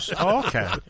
Okay